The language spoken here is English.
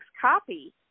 copy